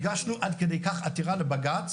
הגשנו עד כדי כך עתירה לבג"ץ